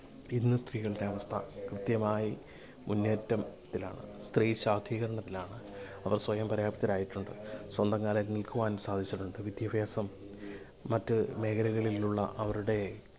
ഇന്ന് സ്ത്രീകളുടെ അവസ്ഥ കൃത്യമായി മുന്നേറ്റത്തിലാണ് സ്ത്രീ ശാക്തീകരണത്തിലാണ് അവര് സ്വയം പര്യാപ്തരായിട്ടുണ്ട് സ്വന്തം കാലിൽ നില്ക്കുവാന് സാധിച്ചിട്ടുണ്ട് വിദ്യാഭ്യാസം മറ്റ് മേഖലകളില് ഉള്ള അവരുടെ